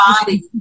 body